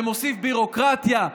שמוסיף ביורוקרטיה,